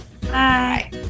Bye